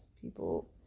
people